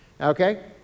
Okay